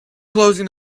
closing